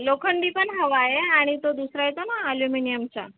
लोखंडी पण हवा आहे आणि तो दुसरा येतो ना ॲल्युमिनियनचा